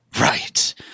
Right